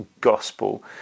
Gospel